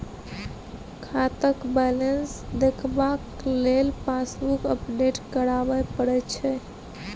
खाताक बैलेंस देखबाक लेल पासबुक अपडेट कराबे परय छै